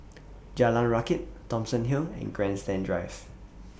Jalan Rakit Thomson Hill and Grandstand Drive